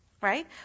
Right